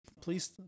Please